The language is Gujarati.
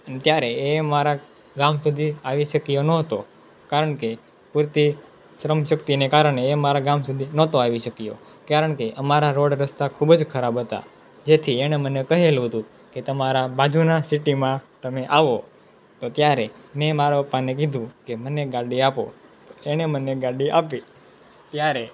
ત્યારે એ મારા ગામ સુધી આવી શક્યો નહોતો કારણ કે પૂર્તિ શ્રમ શક્તિને કારણે એ મારા ગામ સુધી નહોતો આવી શક્યો કારણ કે અમારા રોડ રસ્તા ખૂબ જ ખરાબ હતા જેથી એણે મને કહેલું હતું કે તમારા બાજુના સિટીમાં તમે આવો તો ત્યારે મેં મારા પપ્પાને કીધું કે મને ગાડી આપો તો એણે મને ગાડી આપી ત્યારે